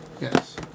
Yes